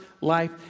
life